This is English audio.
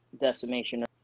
Decimation